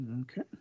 okay